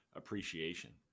appreciation